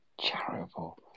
Charitable